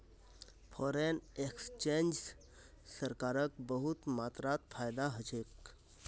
foreign exchange स सरकारक बहुत मात्रात फायदा ह छेक